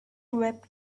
web